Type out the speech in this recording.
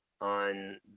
on